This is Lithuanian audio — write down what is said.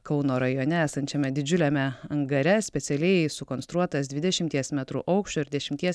kauno rajone esančiame didžiuliame angare specialiai sukonstruotas dvidešimties metrų aukščio ir dešimties